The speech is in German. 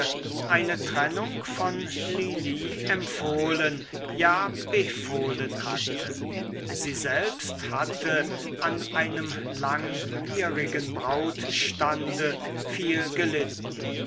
eine trennung von lili empfohlen ja befohlen hatte sie selbst hatte an einem langwierigen brautstande viel gelitten